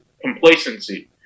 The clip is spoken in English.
complacency